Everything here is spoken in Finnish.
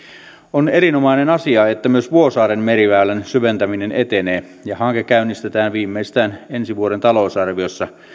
on erinomainen asia että myös vuosaaren meriväylän syventäminen etenee ja hanke käynnistetään viimeistään ensi vuoden talousarviossa